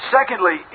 Secondly